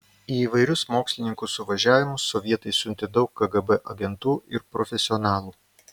į įvairius mokslininkų suvažiavimus sovietai siuntė daug kgb agentų ir profesionalų